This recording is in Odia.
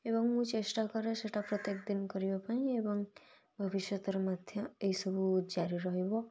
ଏବଂ ମୁଁ ଚେଷ୍ଟା କରେ ସେଇଟା ପ୍ରତ୍ୟେକ ଦିନ କରିବା ପାଇଁ ଏବଂ ଭବିଷ୍ୟତରେ ମଧ୍ୟ ଏଇସବୁ ଜାରି ରହିବ